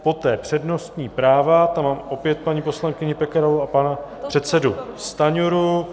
Poté přednostní práva, tam mám opět paní poslankyni Pekarovou a pana předsedu Stanjuru.